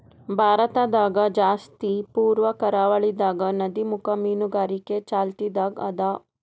ಭಾರತದಾಗ್ ಜಾಸ್ತಿ ಪೂರ್ವ ಕರಾವಳಿದಾಗ್ ನದಿಮುಖ ಮೀನುಗಾರಿಕೆ ಚಾಲ್ತಿದಾಗ್ ಅದಾ